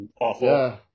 awful